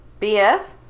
BS